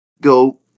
go